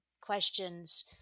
questions